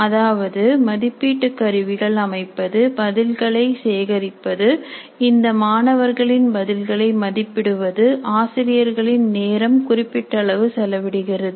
அதாவது மதிப்பீட்டு கருவிகள் அமைப்பது பதில்களை சேகரிப்பது இந்த மாணவர்களின் பதில்களை மதிப்பிடுவது ஆசிரியர்களின் நேரம் குறிப்பிட்டளவு செலவிடப்படுகிறது